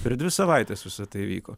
per dvi savaites visa tai įvyko